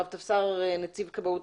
רב טפסר דדי שמחי,